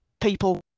people